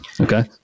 Okay